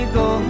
go